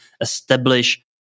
establish